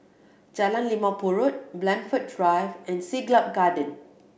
Jalan Limau Purut Blandford Drive and Siglap Garden